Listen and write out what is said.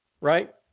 Right